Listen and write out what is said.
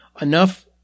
enough